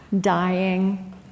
dying